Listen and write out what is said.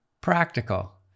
practical